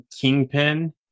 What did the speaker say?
kingpin